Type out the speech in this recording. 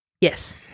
Yes